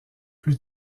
plus